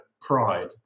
pride